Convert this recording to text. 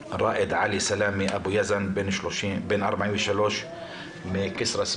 ראאד עלי סלאמה, בן 43 מכסרא-סמיע,